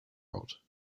rot